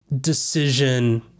decision